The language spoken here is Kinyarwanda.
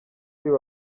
uyu